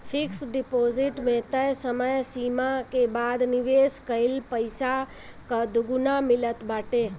fix deposit में तय समय सीमा के बाद निवेश कईल पईसा कअ दुगुना मिलत बाटे